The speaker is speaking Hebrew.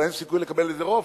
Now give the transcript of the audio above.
אבל אין סיכוי לקבל לזה רוב,